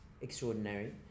extraordinary